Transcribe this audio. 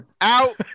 out